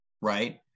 right